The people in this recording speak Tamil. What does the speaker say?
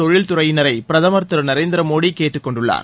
தொழில்துறையினரை பிரதமர் திரு நரேந்திர மோடி கேட்டுக் கொண்டுள்ளார்